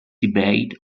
debate